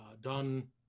done